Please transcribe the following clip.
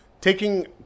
taking